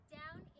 down